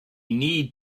need